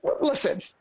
listen